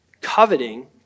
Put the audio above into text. Coveting